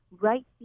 right